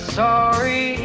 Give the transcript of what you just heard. sorry